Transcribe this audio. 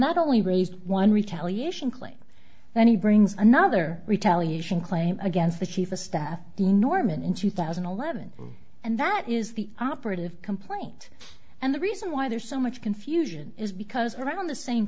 not only raised one retaliation claim that he brings another retaliation claim against the chief of staff the norman in two thousand and eleven and that is the operative complaint and the reason why there's so much confusion is because around the same